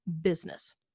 business